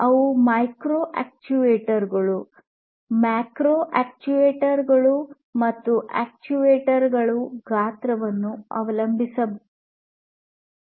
ಇವು micro actuator ಗಳು macro actuator ಗಳು ಮತ್ತು ಈ ಅಕ್ಚುಯೇಟರ್ ಗಳು ಗಾತ್ರವನ್ನು ಅವಲಂಬಿಸಿರಬಹುದು